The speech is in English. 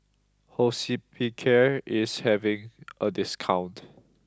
Hospicare is having a discount